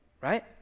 right